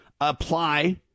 apply